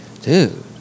dude